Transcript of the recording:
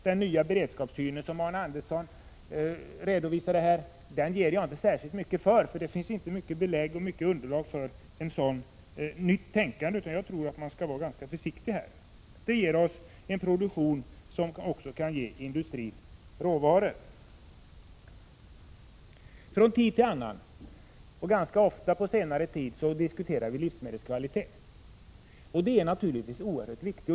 Den nya beredskapssyn som Arne Andersson i Ljung redovisade ger jag inte särskilt mycket för — det finns inte belägg för ett sådant nytänkande, utan man måste vara ganska försiktig. Därmed möjliggörs en produktion som kan ge industrin råvaror. Från tid till annan, och ganska ofta på senare tid, diskuteras livsmedelskvalitet, och det är naturligtvis oerhört viktigt.